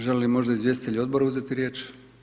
Žele li možda izvjestitelji odbora uzeti riječ?